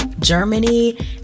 Germany